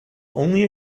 only